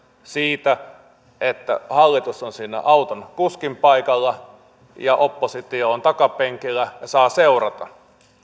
siitä että hallitus on siinä auton kuskin paikalla ja oppositio on takapenkillä ja saa seurata